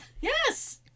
Yes